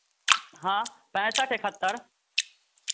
हाँ पैंसठ इकहत्तर